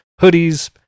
hoodies